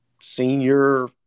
senior